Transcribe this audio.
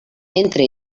entre